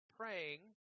praying